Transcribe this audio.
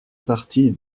partie